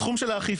בתחום של האכיפה,